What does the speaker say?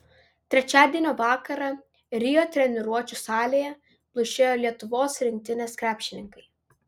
trečiadienio vakarą rio treniruočių salėje plušėjo lietuvos rinktinės krepšininkai